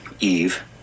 Eve